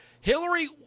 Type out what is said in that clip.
Hillary